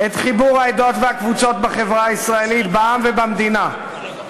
את חיבור העדות והקבוצות בחברה הישראלית בעם ובמדינה,